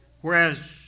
Whereas